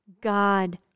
God